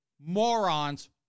morons